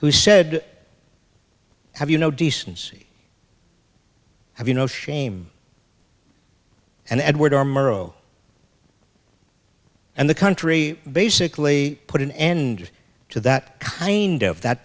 who said have you no decency have you no shame and edward r murrow and the country basically put an end to that kind of that